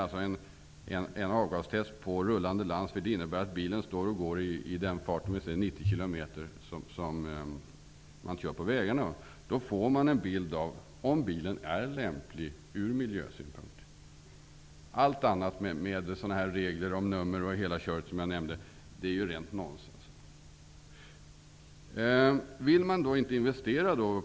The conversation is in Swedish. Om man gör ett avgastest på en sådan rullande landsväg, där bilen går i 90 km som på landsväg, får man en bild av huruvida bilen är lämplig ur miljösynpunkt. Allt annat, regler om nummer m.m., är rent nonsens.